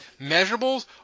measurables